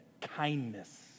kindness